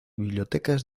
bibliotecas